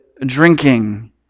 drinking